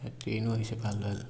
ট্ৰেইনো আহিছে ভাল ভাল